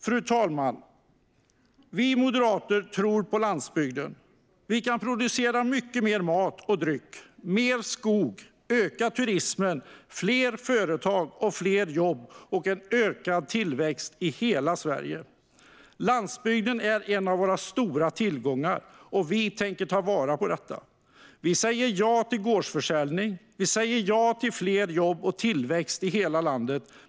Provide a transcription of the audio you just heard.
Fru talman! Vi moderater tror på att landsbygden kan producera mycket mer mat och dryck och mer skog. Det kan öka turismen, ge fler företag och fler jobb och en ökad tillväxt i hela Sverige. Landsbygden är en av våra stora tillgångar, och vi tänker ta vara på den. Vi säger ja till gårdsförsäljning. Vi säger ja till fler jobb och tillväxt i hela landet.